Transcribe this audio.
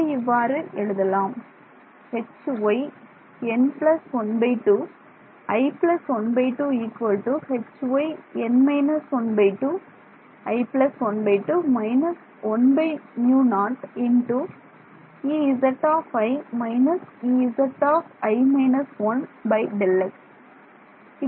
இதை இவ்வாறு எழுதலாம்